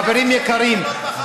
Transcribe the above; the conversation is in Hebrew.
חברים יקרים,